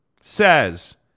says